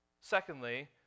Secondly